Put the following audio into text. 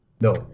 no